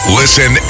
listen